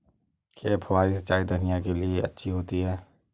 क्या फुहारी सिंचाई धनिया के लिए अच्छी होती है?